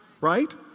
Right